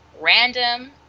random